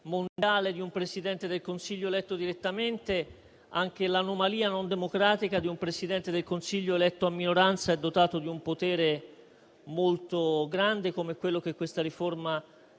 mondiale di un Presidente del Consiglio eletto direttamente, anche l'anomalia non democratica di un Presidente del Consiglio eletto a minoranza e dotato di un potere molto grande come quello che questa riforma